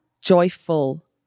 joyful